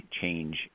change